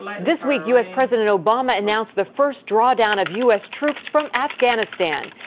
this week u s. president obama announced the first drawdown of u s. troops from afghanistan.